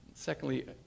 Secondly